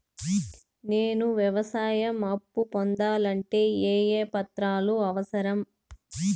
నేను వ్యవసాయం అప్పు పొందాలంటే ఏ ఏ పత్రాలు అవసరం?